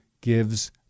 gives